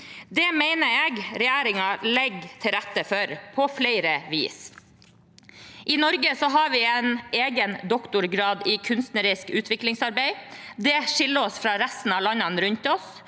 Det mener jeg regjeringen legger til rette for, på flere vis. I Norge har vi en egen doktorgrad i kunstnerisk utviklingsarbeid. Det skiller oss fra landene rundt oss.